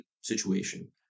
situation